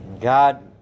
God